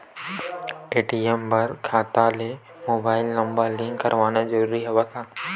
ATM बर खाता ले मुबाइल नम्बर लिंक करवाना ज़रूरी हवय का?